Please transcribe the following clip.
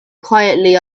quietly